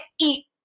eat